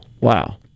Wow